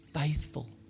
faithful